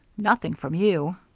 nothing from you.